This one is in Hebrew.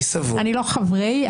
אני לא חברי.